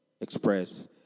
express